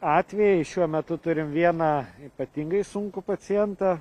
atvejai šiuo metu turim vieną ypatingai sunkų pacientą